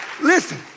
listen